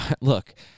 look